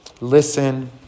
Listen